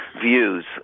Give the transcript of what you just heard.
views